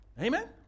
Amen